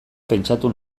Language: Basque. pentsatu